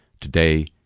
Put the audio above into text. Today